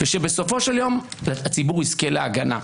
ושבסופו של יום הציבור יזכה להגנה.